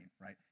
right